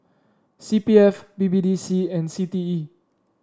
C P F B B D C and C T E